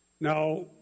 now